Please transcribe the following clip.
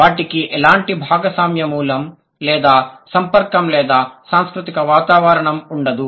వాటికి ఎలాంటి భాగస్వామ్య మూలం లేదా సంపర్కం లేదా సాంస్కృతిక వాతావరణం ఉండదు